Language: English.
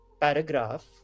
paragraph